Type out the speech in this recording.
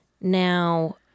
Now